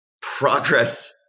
Progress